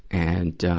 and,